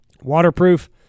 Waterproof